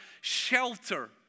shelter